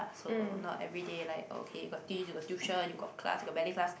yeah so not everyday like okay you got this you got tuition you got class you got ballet class